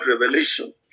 revelation